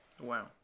Wow